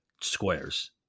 squares